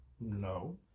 no